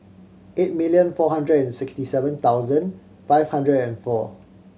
eight million four hundred and sixty seven thousand five hundred and four